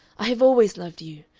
i have always loved you.